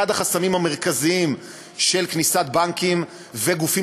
אחד החסמים המרכזיים של כניסת בנקים וגופים